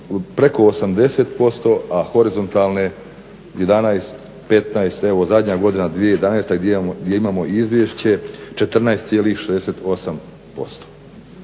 preko 80%, a horizontalne 11, 15. Evo zadnja godina 2011. gdje imamo izvješće 14,68%.